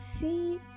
see